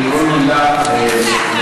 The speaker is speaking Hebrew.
כי כל מילה נכונה.